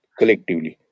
collectively